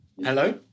Hello